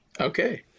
Okay